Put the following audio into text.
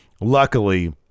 luckily